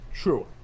True